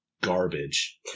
garbage